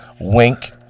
Wink